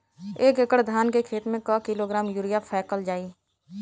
एक एकड़ धान के खेत में क किलोग्राम यूरिया फैकल जाई?